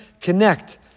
Connect